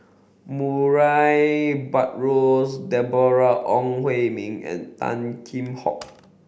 Murray Buttrose Deborah Ong Hui Min and Tan Kheam Hock